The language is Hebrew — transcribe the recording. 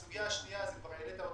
הסוגיה השנייה שהעלית כבר,